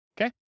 Okay